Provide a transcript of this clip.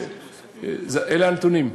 אלה הנתונים.